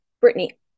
Brittany